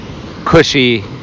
Cushy